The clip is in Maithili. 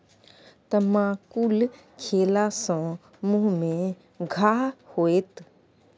तमाकुल खेला सँ मुँह मे घाह होएत